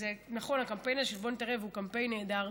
נכון, הקמפיין הזה, "בוא נתערב", הוא קמפיין נהדר.